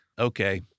Okay